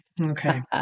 Okay